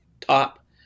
top